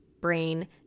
brain